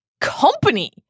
company